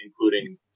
including